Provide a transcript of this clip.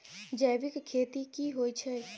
जैविक खेती की होए छै?